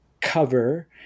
cover